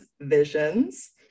Visions